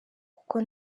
kuko